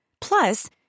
Plus